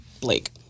Blake